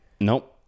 nope